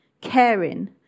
caring